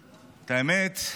האמת,